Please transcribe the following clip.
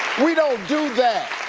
we don't do that.